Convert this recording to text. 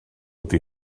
ydy